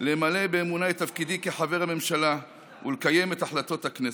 למלא באמונה את תפקידי כחבר הממשלה ולקיים את החלטות הכנסת.